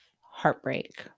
heartbreak